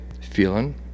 feeling